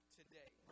today